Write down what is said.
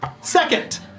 Second